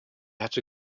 hatte